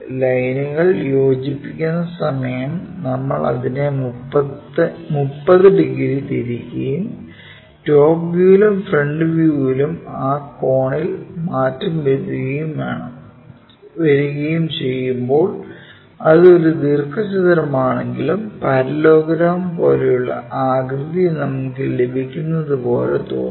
ലൈനുകൾ യോജിപ്പിക്കുന്ന സമയം നമ്മൾ അതിനെ 30 ഡിഗ്രി തിരിക്കുകയും ടോപ് വ്യൂയിലും ഫ്രന്റ് വ്യൂയിലും ആ കോണിൽ മാറ്റം വരുത്തുകയും ചെയ്യുമ്പോൾ അത് ഒരു ദീർഘചതുരമാണെങ്കിലും പാരല്ലെലോഗ്രാം പോലുള്ള ആകൃതി നമുക്ക് ലഭിക്കുന്നതുപോലെ തോന്നുന്നു